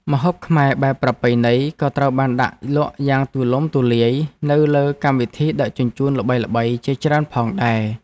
ម្ហូបខ្មែរបែបប្រពៃណីក៏ត្រូវបានដាក់លក់យ៉ាងទូលំទូលាយនៅលើកម្មវិធីដឹកជញ្ជូនល្បីៗជាច្រើនផងដែរ។